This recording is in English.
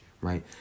right